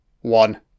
one